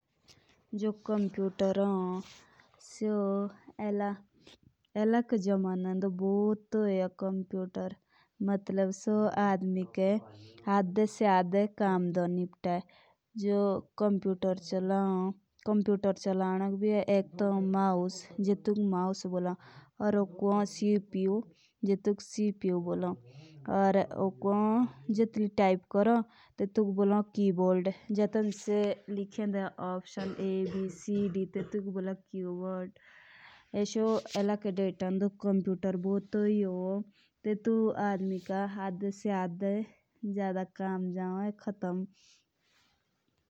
जो कंप्यूटर है तो इला के जमाने कंप्यूटर का बहुत महत्व है। तो इला के जमाने मुंज आदमी का आधे से ज्यादा काम कोरोन। या कंप्यूटर इला के जमाने मुंज बहुत जरूरी होन.